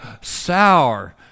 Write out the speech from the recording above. sour